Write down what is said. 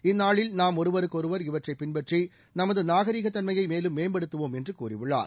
இந்நாளில் நாம் ஒருவருக்கொருவர் இவற்றை பின்பற்றி நமது நாகரிக தன்மையை மேலும் மேம்படுத்துவோம் என்று கூறியுள்ளார்